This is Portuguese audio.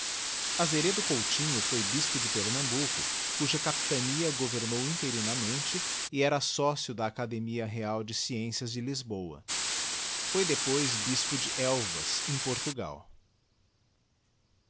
àaricà azeredo coitinho foi bispo de pernambuco eoja capitania gp vémoq interinamente e era sócio da academia real de sciondas de lisboa foi dapoift bis de elvas em portugal